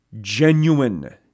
genuine